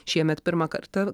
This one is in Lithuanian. šiemet pirmą kartą